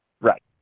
Right